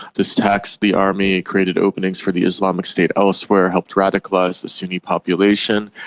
this taxed the army created openings for the islamic state elsewhere, helped radicalise the sunni population.